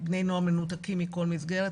בני נוער מנותקים מכל מסגרת,